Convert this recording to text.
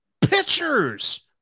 pitchers